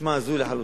נשמע הזוי לחלוטין.